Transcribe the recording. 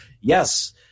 yes